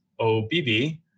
OBB